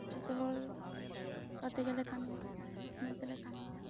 ᱡᱚᱛᱚ ᱦᱚᱲ ᱠᱟᱛᱮ ᱜᱮᱞᱮ ᱠᱟᱹᱢᱤᱦᱚᱨᱟᱭ ᱫᱟ ᱥᱟᱵ ᱧᱮᱞ ᱛᱮᱜᱮ ᱞᱮ ᱠᱟᱹᱢᱤ ᱮᱫᱟ ᱟᱨ